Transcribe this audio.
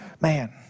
Man